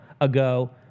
ago